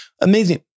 amazing